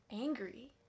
angry